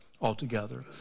altogether